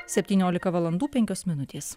septyniolika valandų penkios minutės